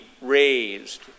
raised